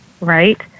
right